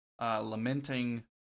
lamenting